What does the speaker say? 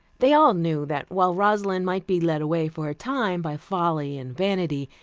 they all knew that, while rosalind might be led away for a time by folly and vanity,